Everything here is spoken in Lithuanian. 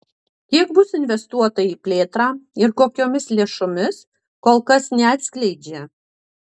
kiek bus investuota į plėtrą ir kokiomis lėšomis kol kas neatskleidžia